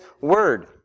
word